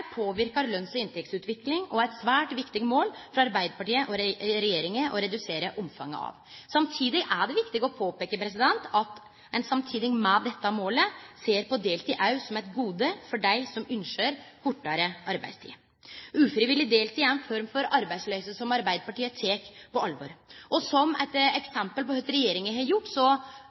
påverkar lønns- og inntektsutviklinga, og det er eit svært viktig mål for Arbeidarpartiet og regjeringa å redusere omfanget av det. Det er viktig å påpeike at ein samtidig som ein har dette målet, ser på deltid også som eit gode for dei som ynskjer kortare arbeidstid. Ufrivillig deltid er ei form for arbeidsløyse som Arbeidarpartiet tek på alvor. Som eit eksempel på kva regjeringa har gjort